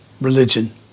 religion